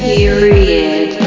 Period